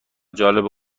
جالبه